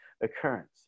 occurrence